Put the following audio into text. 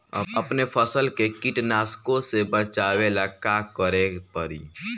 अपने फसल के कीटनाशको से बचावेला का करे परी?